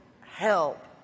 help